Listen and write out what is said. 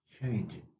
changing